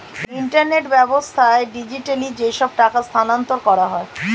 internet ব্যাবস্থায় digitally যেসব টাকা স্থানান্তর করা হয়